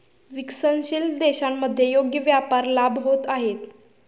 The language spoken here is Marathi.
विकसनशील देशांमध्ये योग्य व्यापार लाभ होत आहेत